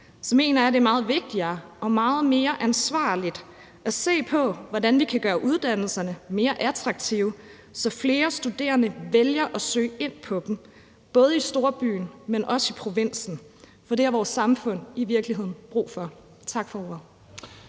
mener jeg, det er meget vigtigere og meget mere ansvarligt at se på, hvordan vi kan gøre uddannelserne mere attraktive, så flere studerende vælger at søge ind på dem, både i storbyen, men også i provinsen, for det har vores samfund i virkeligheden brug for. Tak for ordet.